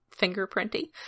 fingerprinty